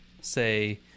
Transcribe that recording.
say